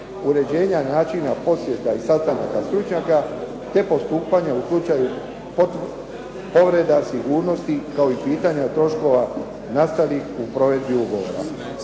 uređenja načina posjeta i sastanaka stručnjaka te postupanja u slučaju povreda sigurnosti, kao i pitanja troškova nastalih u provedbi ugovora.